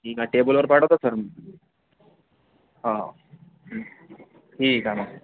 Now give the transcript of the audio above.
ठीक आहे टेबलवर पाठवतो सर मग हो ठीक आहे मग